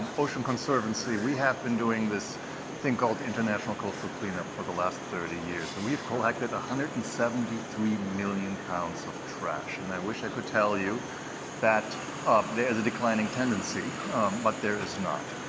ocean conservancy. we have been doing this thing called international coastal cleanup for the last thirty years and we've collected one hundred and seventy three million pounds of trash, and i wish i could tell you that um there's a declining tendency but there is not.